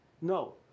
No